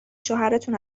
شوهرتون